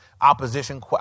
opposition